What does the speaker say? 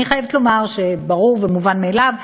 אני חייבת לומר שברור ומובן מאליו שאני,